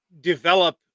develop